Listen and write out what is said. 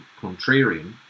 contrarian